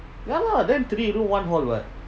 ya lah then three room one hall [what]